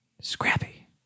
Scrappy